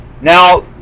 Now